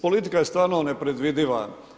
Politika je stvarno nepredvidiva.